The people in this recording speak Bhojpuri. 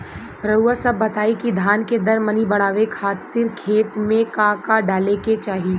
रउआ सभ बताई कि धान के दर मनी बड़ावे खातिर खेत में का का डाले के चाही?